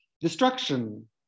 Destruction